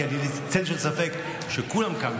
כי אין לי צל של ספק שכולם כאן,